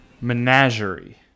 menagerie